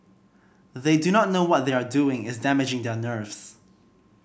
they do not know what they are doing is damaging their nerves